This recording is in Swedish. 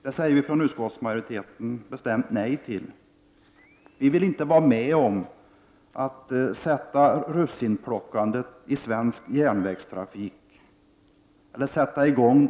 Det säger vi från utskottsmajoriteten bestämt nej till. Då skulle russinplockandet i svensk järnvägstrafik verkligen komma i gång.